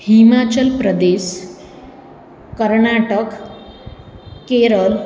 Himachal Pradesh Karnataka Kerala